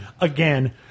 Again